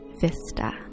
vista